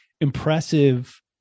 impressive